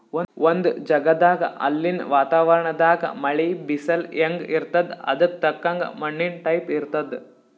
ಒಂದ್ ಜಗದಾಗ್ ಅಲ್ಲಿನ್ ವಾತಾವರಣದಾಗ್ ಮಳಿ, ಬಿಸಲ್ ಹೆಂಗ್ ಇರ್ತದ್ ಅದಕ್ಕ್ ತಕ್ಕಂಗ ಮಣ್ಣಿನ್ ಟೈಪ್ ಇರ್ತದ್